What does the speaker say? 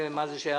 למה זה שייך?